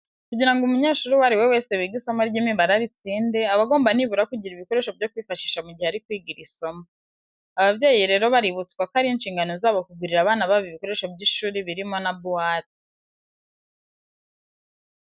Kugira ngo umunyeshuri uwo ari we wese wiga isomo ry'imibare aritsinde, aba agomba nibura kugira ibikoresho byo kwifashisha mu gihe ari kwiga iri somo. Ababyeyi rero baributswa ko ari inshingano zabo kugurira abana babo ibikoresho by'ishuri birimo na buwate.